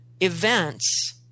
events